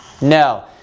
No